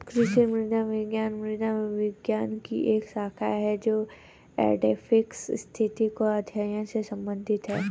कृषि मृदा विज्ञान मृदा विज्ञान की एक शाखा है जो एडैफिक स्थिति के अध्ययन से संबंधित है